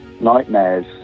nightmares